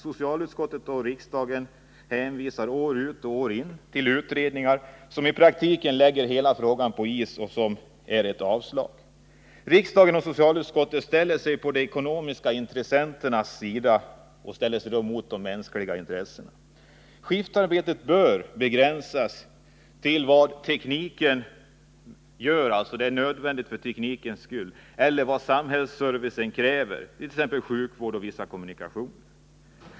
Socialutskottet och riksdagen hänvisar år in och år ut till utredningar, som i praktiken lägger hela frågan på is och inte föreslår några ändringar. Socialutskottet och riksdagen ställer sig på de ekonomiska intressenternas sida mot de mänskliga intressena. Skiftarbetet bör begränsas till vad som är nödvändigt för teknikens skull eller för samhällsservicen, t.ex. för sjukvård och vissa kommunikationer.